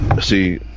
See